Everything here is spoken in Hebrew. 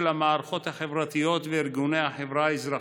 המערכות החברתיות וארגוני החברה האזרחית.